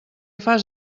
fas